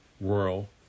rural